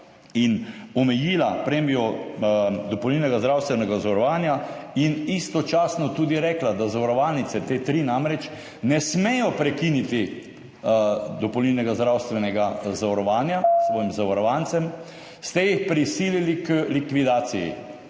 in omejila premijo dopolnilnega zdravstvenega zavarovanja in istočasno tudi rekla, da zavarovalnice, te tri namreč, ne smejo prekiniti dopolnilnega zdravstvenega zavarovanja svojim zavarovancem, ste jih prisilili k likvidaciji,